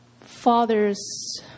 father's